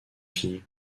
fille